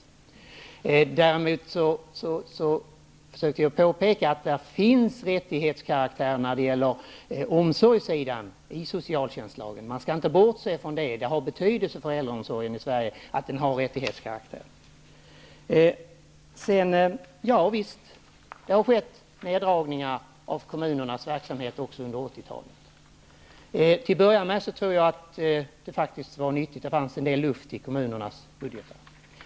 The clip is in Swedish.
Med detta har jag försökt peka på att det är fråga om en rättighetskaraktär när det gäller omsorgssidan och socialtjänstlagen -- det skall vi inte bortse från -- och det är av betydelse för äldreomsorgen i Sverige. Ja, visst har det skett neddragningar när det gäller kommunernas verksamhet också under 80-talet. Till att börja med var det, tror jag, faktiskt nyttigt. Det fanns nämligen en del luft i kommunernas budgetar.